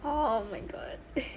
oh my god